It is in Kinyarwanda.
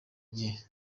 gihe